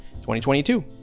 2022